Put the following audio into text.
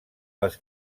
les